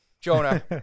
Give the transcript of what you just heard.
Jonah